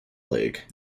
lag